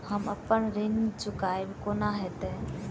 हम अप्पन ऋण चुकाइब कोना हैतय?